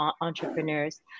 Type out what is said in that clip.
entrepreneurs